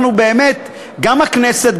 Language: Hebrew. גם הכנסת,